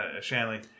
shanley